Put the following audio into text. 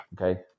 Okay